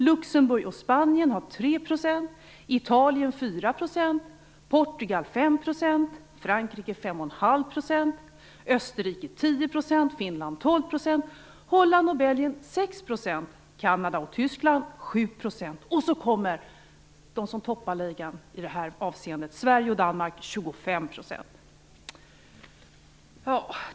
Luxemburg och Spanien har 3 %, Italien 4 %, Portugal 5 %, Frankrike 5,5 %, Österrike 10 %, Finland 12 %, Holland och Belgien 6 %, Kanada och Tyskland 7 %. Så kommer de som toppar ligan i det här avseendet, Sverige och Danmark, som har en moms på 25 %.